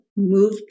move